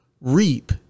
reap